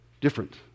different